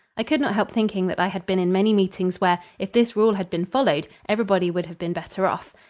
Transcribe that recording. i could not help thinking that i had been in many meetings where, if this rule had been followed, everybody would have been better off.